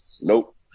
Nope